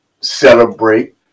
celebrate